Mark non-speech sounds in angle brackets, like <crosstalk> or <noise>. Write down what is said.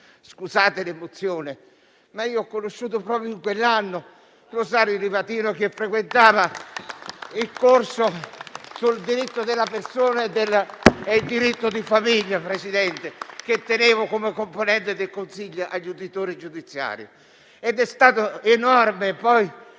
Scusate l'emozione, ma ho conosciuto proprio in quell'anno Rosario Livatino, che frequentava il corso sul diritto della persona e del diritto di famiglia che tenevo come componente del Consiglio agli uditori giudiziari. <applause> È stata enorme, poi,